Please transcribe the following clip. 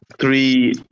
three